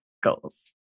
Goals